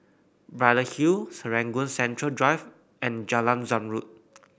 Braddell Hill Serangoon Central Drive and Jalan Zamrud